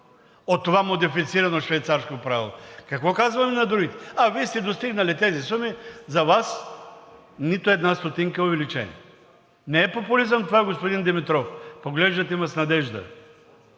от това модифицирано швейцарско правило. Какво ще кажем на другите: Вие сте достигнали тези суми и за Вас нито една стотинка увеличение. (Реплики.) Не е популизъм това, господин Димитров. поглеждате ме с надежда